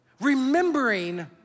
remembering